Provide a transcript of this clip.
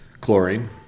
chlorine